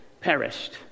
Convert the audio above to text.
perished